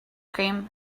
cream